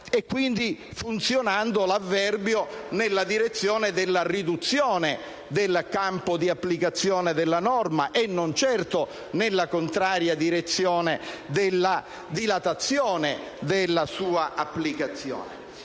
L'avverbio funziona, in tal modo, nella direzione della riduzione del campo di applicazione della norma e non certo nella contraria direzione della dilatazione della sua applicazione.